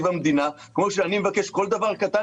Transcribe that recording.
כמו שאני מבקש כל דבר קטן,